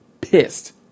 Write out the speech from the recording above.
Pissed